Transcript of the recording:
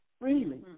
freely